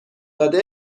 داده